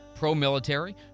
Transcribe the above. pro-military